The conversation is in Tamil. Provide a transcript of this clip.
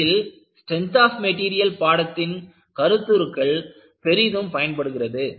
இதில் ஸ்ட்ரென்த் ஆப் மெட்டீரியல் பாடத்தின் கருத்துருக்கள் பெரிதும் பயன்படுகிறது